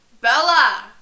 Bella